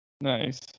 Nice